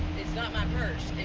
it's not my purse?